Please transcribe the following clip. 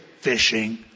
fishing